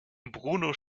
bruno